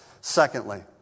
Secondly